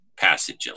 passage